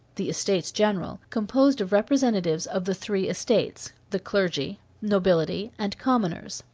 the estates general, composed of representatives of the three estates the clergy, nobility, and commoners.